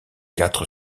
quatre